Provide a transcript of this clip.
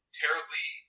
terribly